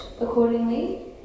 Accordingly